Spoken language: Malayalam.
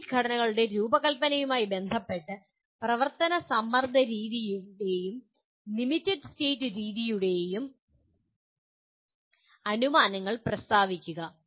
കോൺക്രീറ്റ് ഘടനകളുടെ രൂപകൽപ്പനയുമായി ബന്ധപ്പെട്ട് പ്രവർത്തന സമ്മർദ്ദ രീതിയുടെയും ലിമിറ്റഡ് സ്റ്റേറ്റ് രീതിയുടെയും അനുമാനങ്ങൾ പ്രസ്താവിക്കുക